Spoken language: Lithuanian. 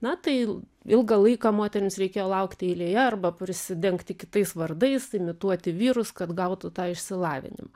na tai l ilgą laiką moterims reikėjo laukti eilėje arba prisidengti kitais vardais imituoti vyrus kad gautų tą išsilavinimą